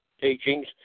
teachings